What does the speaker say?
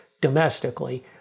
domestically